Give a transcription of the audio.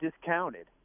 discounted